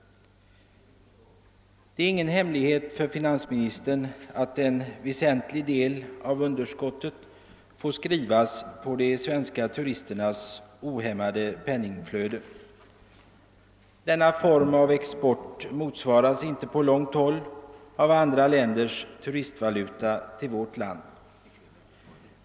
Det är ingen hemlighet för finansministern att en väsentlig del av underskottet får tillskrivas de svenska turisternas ohämmade penningflöde. Denna form av export motsvaras inte på långa vägar av andra länders turistvaluta som kommer till vårt land.